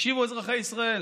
אזרחי ישראל,